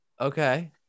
Okay